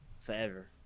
forever